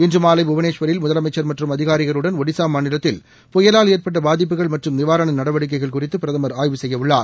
இன்று மாலை புவனேஷ்வரில் முதலமைச்சா் மற்றும் அதிகாரிகளுடன் ஒடிசா மாநிலத்தில் புயலால் ஏற்பட்ட பாதிப்புகள் மற்றும் நிவாரண நடவடிக்கைகள் குறித்து பிரதமர் ஆய்வு செய்ய உள்ளார்